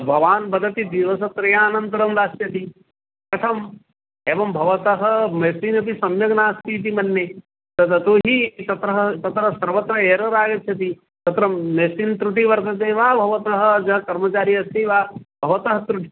भवान् वदति दिवसत्रयानन्तरं दास्यति कथम् एवं भवतः मेसिन् अपि सम्यक् नास्ति इति मन्ये तद् ततो हि तत्र तत्र सर्वत्र एरर् आगच्छति तत्र मेसिन् त्रुटिः वर्तते वा भवतः जा कर्मचारी अस्ति वा भवतः त्रुटिः